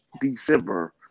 December